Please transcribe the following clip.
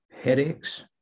headaches